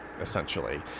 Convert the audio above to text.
essentially